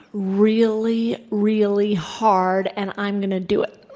really, really hard and i'm going to do it.